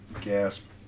Gasp